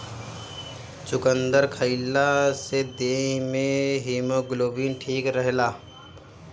चुकंदर खइला से देहि में हिमोग्लोबिन ठीक रहेला